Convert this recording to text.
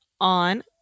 on